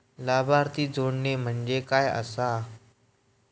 लाभार्थी जोडणे म्हणजे काय आसा?